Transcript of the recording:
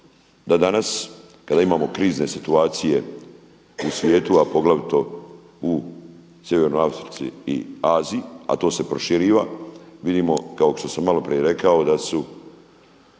da danas kada imamo krizne situacije u svijetu, a poglavito u sjevernoj Africi i Aziji, a to se proširiva. Vidimo kao što sam i malo prije rekao da su